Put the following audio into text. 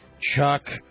Chuck